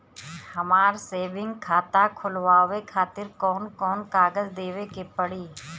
हमार सेविंग खाता खोलवावे खातिर कौन कौन कागज देवे के पड़ी?